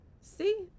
See